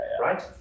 Right